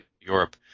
Europe